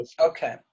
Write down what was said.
okay